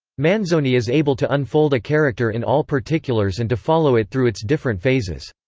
manzoni is able to unfold a character in all particulars and to follow it through its different phases.